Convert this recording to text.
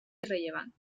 irrellevant